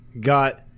got